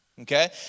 okay